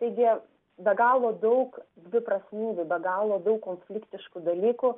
taigi be galo daug dviprasmybių be galo daug konfliktiškų dalykų